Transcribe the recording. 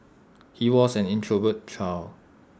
he was an introverted child